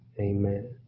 Amen